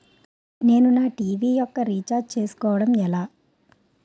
నేను నా టీ.వీ యెక్క రీఛార్జ్ ను చేసుకోవడం ఎలా?